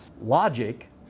logic